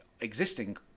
existing